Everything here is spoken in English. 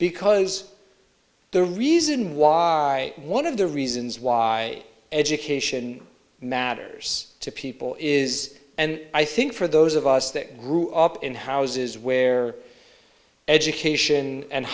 because the reason why one of the reasons why education matters to people is and i think for those of us that grew up in houses where education and